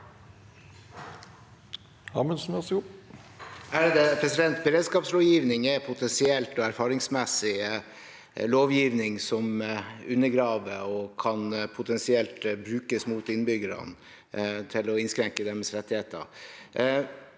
Beredskaps- lovgivning er potensielt og erfaringsmessig lovgivning som undergraver og potensielt kan brukes mot innbyggerne til å innskrenke deres rettigheter.